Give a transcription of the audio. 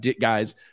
guys